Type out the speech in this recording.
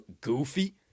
goofy